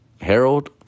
Harold